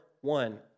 one